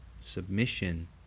submission